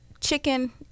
chicken